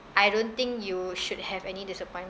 I don't think you should have any disappointments